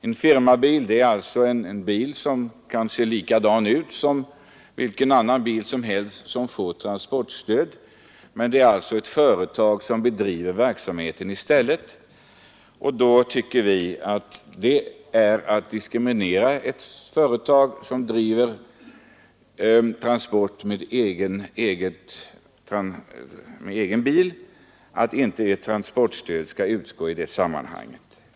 En firmabil kan se likadan ut som vilken annan bil som helst som får transportstöd. Skillnaden är bara att det är ett företag som bedriver verksamheten. Vi tycker att det är att diskriminera ett företag som driver transport med egen bil, att transportstöd inte skall utgå i det sammanhanget.